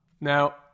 Now